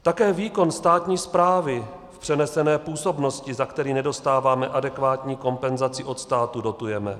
Také výkon státní správy v přenesené působnosti, za který nedostáváme adekvátní kompenzaci od státu, dotujeme.